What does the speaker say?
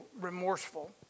remorseful